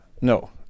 No